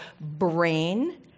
brain